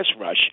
rush